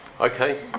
Okay